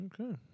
Okay